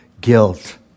guilt